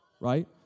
right